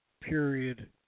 period